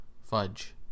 Fudge